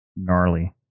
Gnarly